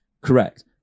correct